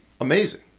amazing